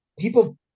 People